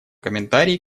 комментарии